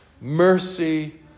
mercy